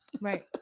Right